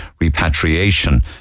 repatriation